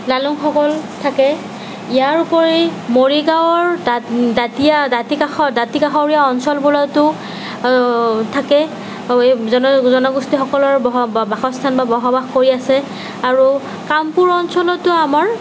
লালুঙসকল থাকে ইয়াৰ উপৰি মৰিগাঁৱৰ দাত দাঁতীয়া দাঁতি কাষৰ দাঁতি কাষৰীয়া অঞ্চলবোৰতো থাকে জন জনগোষ্ঠীসকলৰ বস বাসস্থান বা বসবাস কৰি আছে আৰু কামপুৰ অঞ্চলতো আমাৰ